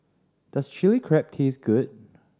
does Chilli Crab taste good